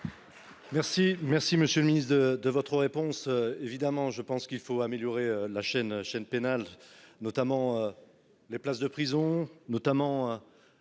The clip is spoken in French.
merci Monsieur le Ministre de de votre réponse. Évidemment je pense qu'il faut améliorer la chaîne chaîne pénale notamment. Les places de prison notamment.